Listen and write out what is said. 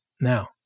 Now